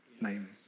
name